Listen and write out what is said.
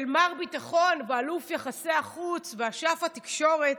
מר ביטחון ואלוף יחסי החוץ ואשף התקשורת,